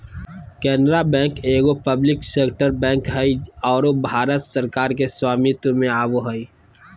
Canara bank एगो public sector bank हइ आरो भारत सरकार के स्वामित्व में आवो हइ